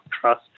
trust